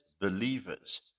believers